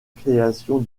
création